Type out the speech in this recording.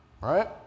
right